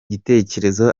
gitekerezo